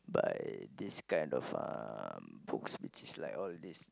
by this kind of um books which is like all these